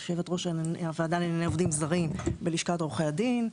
יו"ר הוועדה לעובדים זרים בלשכת עורכי הדין,